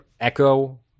echo